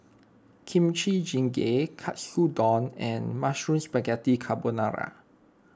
Kimchi Jjigae Katsudon and Mushroom Spaghetti Carbonara